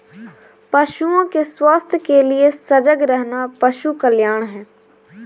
पशुओं के स्वास्थ्य के लिए सजग रहना पशु कल्याण है